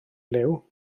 liw